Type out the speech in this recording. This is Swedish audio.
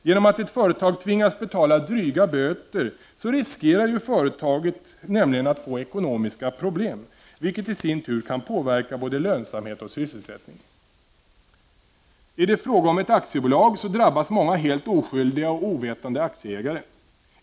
Genom att ett företag tvingas betala dryga böter riskerar det ju att få ekonomiska problem, vilket i sin tur kan påverka lönsamhet och sysselsättning. Är det fråga om ett aktiebolag drabbas många helt oskyldiga och ovetande 67 aktieägare.